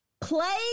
play